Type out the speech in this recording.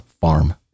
farm